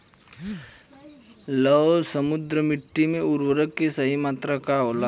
लौह समृद्ध मिट्टी में उर्वरक के सही मात्रा का होला?